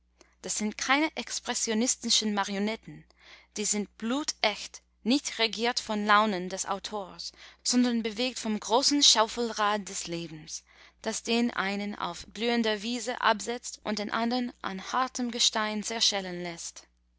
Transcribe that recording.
das sind keine expressionistischen marionetten die sind blutecht nicht regiert von launen des autors sondern bewegt vom großen schaufelrad des lebens das den einen auf blühender wiese absetzt und den andern an hartem gestein zerschellen läßt